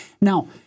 Now